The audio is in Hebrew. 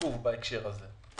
עיכוב בהקשר הזה.